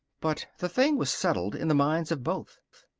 but the thing was settled in the minds of both.